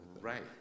Right